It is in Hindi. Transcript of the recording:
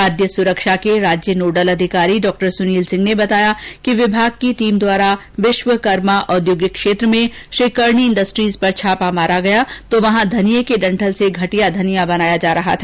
खाद्य सुरक्षा के राज्य नोडल अधिकारी डॉ सुनील सिंह ने बताया कि विभाग की टीम द्वारा विश्वकर्मा औद्योगिक क्षेत्र में श्री करनी इंडस्टीज पर छापा मारा गया तो वहां धनिये के डंठल से घटिया धनिया बनाया जा रहा था